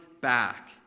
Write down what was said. back